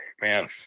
man